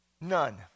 None